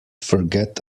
forget